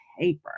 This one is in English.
paper